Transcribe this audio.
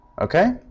okay